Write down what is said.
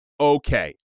Okay